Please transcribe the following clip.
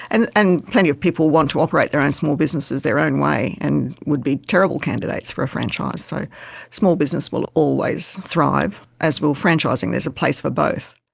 and and plenty of people want to operate their own and small businesses their own way and would be terrible candidates for a franchise. so small business will always thrive, as will franchising, there's a place for both.